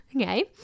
okay